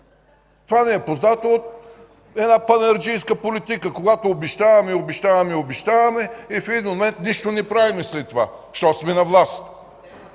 Това ни е познато от една панаирджийска политика – когато обещаваме, обещаваме, обещаваме и в един момент след това нищо не правим, защото сме на власт.